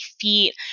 feet